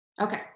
Okay